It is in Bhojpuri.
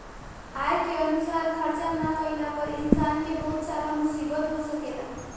आय के अनुसार खर्चा ना कईला पर इंसान के बहुत सारा मुसीबत हो सकेला